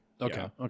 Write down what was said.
Okay